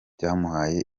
byamuhaye